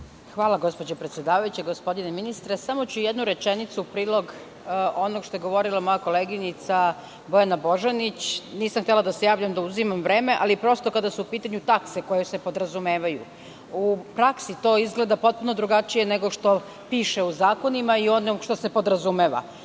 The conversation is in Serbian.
Hvala, gospođo predsedavajuća. Gospodine ministre, samo ću jednu rečenicu u prilog onoga što je govorila moja koleginica Bojana Božanić. Nisam htela da se javljam, da uzimam vreme, ali kada su pitanju takse koje se podrazumevaju, u praksi to izgleda potpuno drugačije, nego što piše u zakonima i onog što se podrazumeva.Za